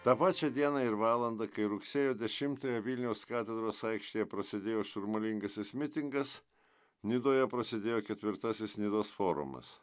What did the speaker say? tą pačią dieną ir valandą kai rugsėjo dešimtąją vilniaus katedros aikštėje prasidėjo šurmulingasis mitingas nidoje prasidėjo ketvirtasis nidos forumas